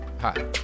Hi